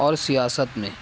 اور سیاست میں